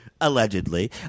Allegedly